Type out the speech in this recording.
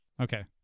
Okay